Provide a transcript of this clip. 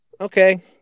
okay